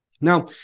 Now